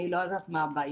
אני לא יודעת מה הבעיה.